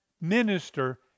minister